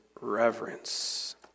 reverence